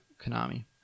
Konami